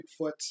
Bigfoot